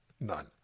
None